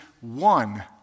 one